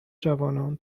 جوانان